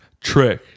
trick